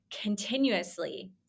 continuously